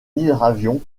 hydravion